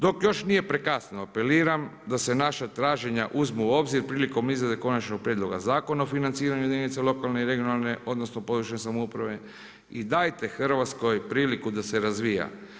Dok još nije prekasno apeliram da se naša traženja uzmu u obzir prilikom izrade Konačnog prijedloga Zakona o financiranju jedinca lokalne i regionalne, odnosno područne samouprave i dajte Hrvatskoj priliku da se razvija.